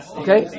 okay